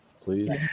please